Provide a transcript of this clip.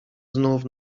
znów